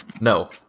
no